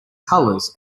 colors